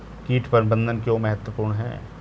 कीट प्रबंधन क्यों महत्वपूर्ण है?